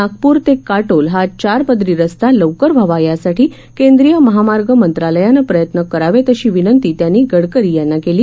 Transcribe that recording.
नागपूर ते काटोल हा चार पदरी रस्ता लवकर व्हावा यासाठी केंद्रीय महामार्ग मंत्रालयानं प्रयत्न करावेत अशी विनंती त्यांनी गडकरी यांना केली